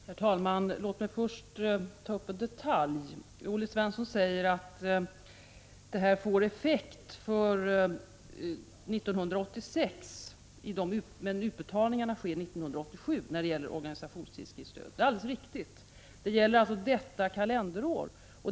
Herr talman! Låt mig först ta upp en detalj. Olle Svensson säger att avvecklingen av organisationstidskriftsstödet får effekt för 1986 men att utbetalningarna sker 1987. Det är alldeles riktigt. Det gäller alltså kalenderåret 1986.